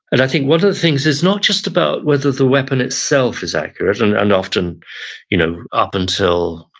and i think one of the things is not just about whether the weapon itself is accurate and and often you know up until,